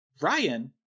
Ryan